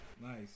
nice